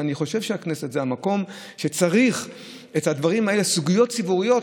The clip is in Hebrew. ואני חושב שהכנסת זה המקום שבו צריך לחדד סוגיות ציבוריות